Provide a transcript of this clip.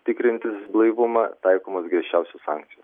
tikrintis blaivumą taikomos griežčiausios sankcijos